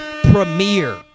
premiere